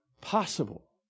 possible